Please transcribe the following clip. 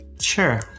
Sure